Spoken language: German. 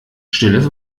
stilles